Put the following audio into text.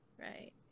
Right